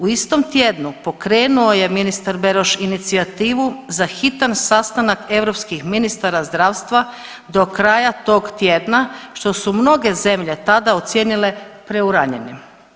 U istom tjednu pokrenuo je ministar Beroš inicijativu za hitan sastanak europskih ministara zdravstva do kraja tog tjedna, što su mnoge zemlje tada ocijenile preuranjenim.